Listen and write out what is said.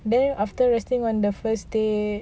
then after resting on the first day